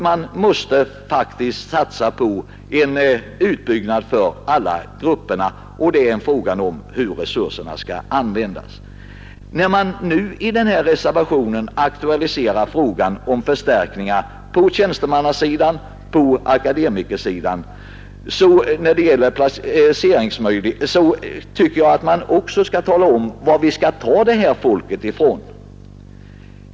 Man måste i det avseendet satsa på en utbyggnad för alla grupper, och det är ju en fråga om tillgång på resurser. När man nu i den här reservationen aktualiserar frågan om förstärkning av förmedlingsservicen på tjänstemannasidan och akademikersidan tycker jag också man skall tala om varifrån människor skall tas till det.